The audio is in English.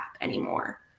anymore